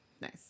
Nice